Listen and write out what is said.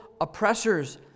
oppressors